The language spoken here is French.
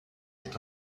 est